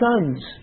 sons